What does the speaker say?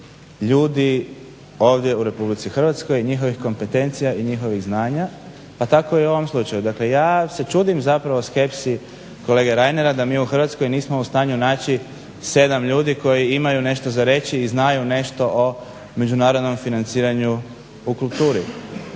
ljudi ovdje u RH i njihovih kompetencija i njihovih znanja pa tako i u ovom slučaju. Dakle ja se čudim skepsi kolege Reinera da mi u Hrvatskoj nismo u stanju naći 7 ljudi koji imaju nešto za reći i znaju nešto o međunarodnom financiranju u kulturi.